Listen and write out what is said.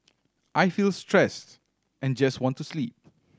I feel stressed and just want to sleep